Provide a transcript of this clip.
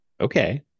okay